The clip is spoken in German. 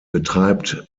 betreibt